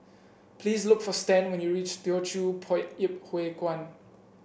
please look for Stan when you reach Teochew Poit Ip Huay Kuan